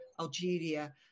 Algeria